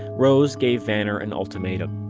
rose gave vanner an ultimatum.